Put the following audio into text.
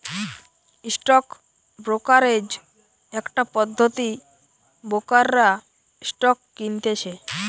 stock brokerage একটা পদ্ধতি ব্রোকাররা স্টক কিনতেছে